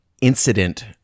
incident